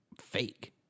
fake